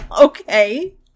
okay